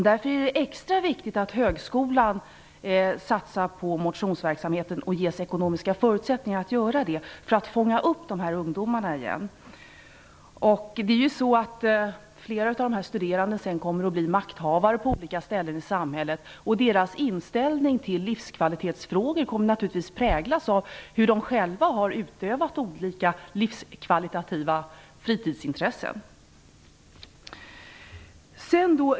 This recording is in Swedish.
Därför är det extra viktigt att högskolan satsar på motionsverksamheten och ges ekonomiska förutsättningar att göra det för att fånga upp dessa ungdomar igen. Flera av de studerande kommer sedan att bli makthavare på olika ställen i samhället. Deras inställning till livskvalitetsfrågor kommer naturligtvis att präglas av hur de själva har utövat olika livskvalitativa fritidsintressen.